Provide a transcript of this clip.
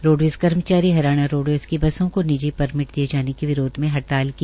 roadways कर्मचारी Haryana roadways की बसों को निजी परमिट दिए जाने के विरोध मे हड़ताल की